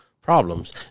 problems